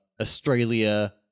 Australia